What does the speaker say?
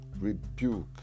rebuke